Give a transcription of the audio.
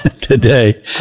today